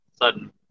sudden